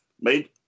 made